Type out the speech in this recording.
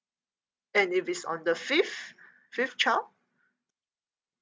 and if it's on the fifth fifth child